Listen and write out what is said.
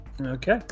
Okay